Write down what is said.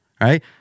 right